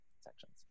sections